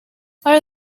are